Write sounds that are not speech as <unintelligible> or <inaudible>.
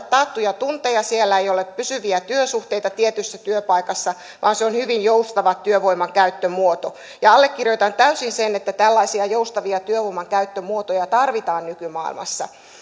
<unintelligible> taattuja tunteja siellä ei ole pysyviä työsuhteita tietyssä työpaikassa vaan se on hyvin joustava työvoiman käyttömuoto allekirjoitan täysin sen että tällaisia joustavia työvoiman käyttömuotoja tarvitaan nykymaailmassa